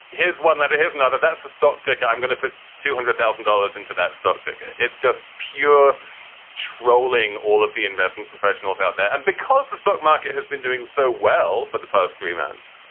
here's one letter, here's another. that's a stock ticker. i'm going to put two hundred thousand dollars into that stock ticker. it's just pure trolling. all of the investment professionals out there. and because the stock market has been doing so well for the past three months,